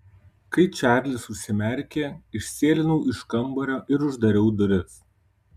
kai čarlis užsimerkė išsėlinau iš kambario ir uždariau duris